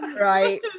right